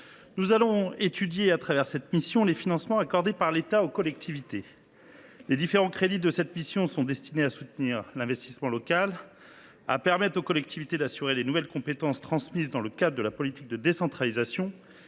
nous conduit à nous pencher sur les financements accordés par l’État aux collectivités locales. Les différents crédits de cette mission visent à soutenir l’investissement local et à permettre aux collectivités d’assurer les nouvelles compétences transmises dans le cadre de la politique de décentralisation.